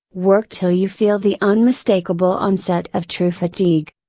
work till you feel the unmistakable onset of true fatigue.